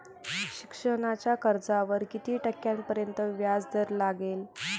शिक्षणाच्या कर्जावर किती टक्क्यांपर्यंत व्याजदर लागेल?